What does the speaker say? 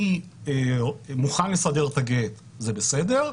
אני מוכן לסדר את הגט זה בסדר?